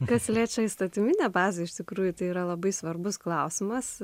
kas liečia įstatyminę bazę iš tikrųjų tai yra labai svarbus klausimas